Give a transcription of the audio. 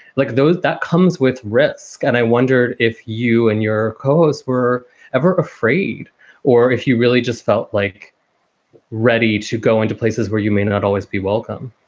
like those that comes with risk and i wondered if you and your colleagues were ever afraid or if you really just felt like ready to go into places where you may not always be welcome